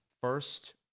first